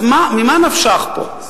אז ממה נפשך פה?